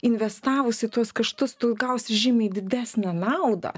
investavus į tuos kaštus tu gausi žymiai didesnę naudą